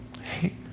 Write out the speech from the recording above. hey